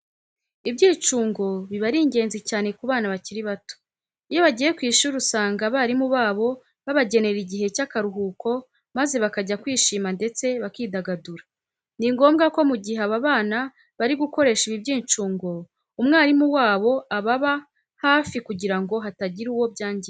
Ibyicungo biba ari ingenzi cyane ku bana bakiri bato. Iyo bagiye ku ishuri usanga abarimu babo babagenera igihe cy'akaruhuko maze bakajya kwishima ndetse bakidagadura. Ni ngombwa ko mu gihe aba bana bari gukoresha ibi byicungo umwarimu wabo ababa hafi kugira ngo hatagira uwo byangiza.